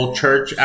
church